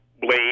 blade